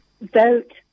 vote